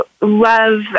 love